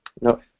No